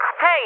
hey